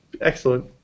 excellent